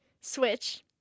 switch